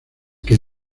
que